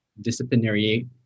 Disciplinary